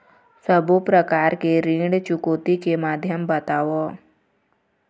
सब्बो प्रकार ऋण चुकौती के माध्यम बताव?